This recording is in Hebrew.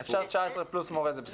19 פלוס מורה.